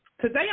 Today